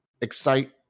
excite